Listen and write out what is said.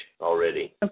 already